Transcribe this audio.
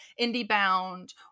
IndieBound